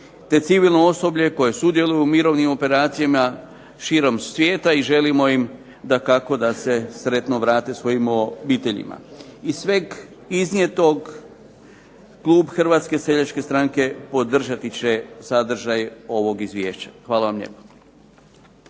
te civilno osoblje koje sudjeluje u mirovnim operacijama širom svijeta i želimo im dakako da se sretno vrate svojim obiteljima. Iz sveg iznijetog klub Hrvatske seljačke stranke podržati će sadržaj ovog izvješća. Hvala vam lijepa.